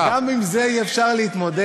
וגם עם זה אי-אפשר להתמודד?